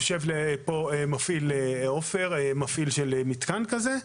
יושב פה בוגין עפר שהוא מפעיל של מתקן כזה.